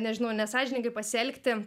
nežinau nesąžiningai pasielgti